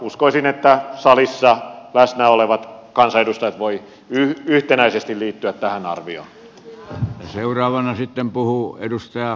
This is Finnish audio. uskoisin että salissa läsnä olevat kansanedustajat voivat yhtenäisesti liittyä tähän arvioon